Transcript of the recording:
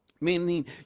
meaning